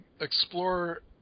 explore